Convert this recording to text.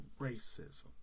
racism